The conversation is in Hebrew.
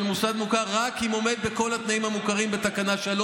מוסד מוכר רק אם הוא עומד בכל התנאים המוכרים בתקנה 3,